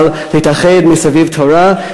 אבל להתאחד מסביב לתורה.